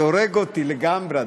זה הורג אותי לגמרי,